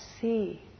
see